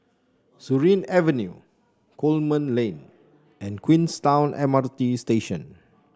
Surin Avenue Coleman Lane and Queenstown M R T Station